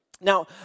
Now